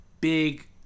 big